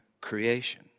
creation